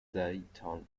dayton